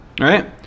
right